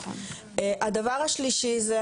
הדבר השלישי, זה